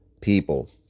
people